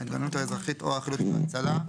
ההתגוננות האזרחית או החילוץ וההצלה,